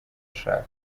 ashaka